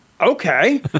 okay